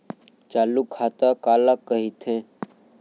चालू खाता काला कहिथे?